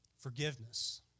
Forgiveness